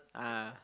ah